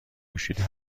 پوشیده